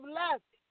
left